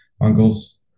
uncles